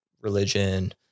religion